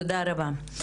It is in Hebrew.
תודה רבה.